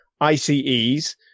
ICEs